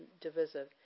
divisive